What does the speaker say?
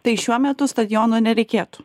tai šiuo metu stadiono nereikėtų